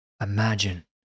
Imagine